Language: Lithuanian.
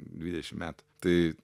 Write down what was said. dvidešim metų tai